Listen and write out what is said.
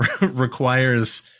requires